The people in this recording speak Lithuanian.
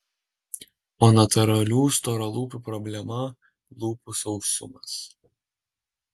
o natūralių storalūpių problema lūpų sausumas